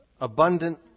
abundant